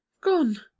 Gone